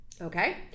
Okay